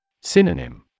Synonym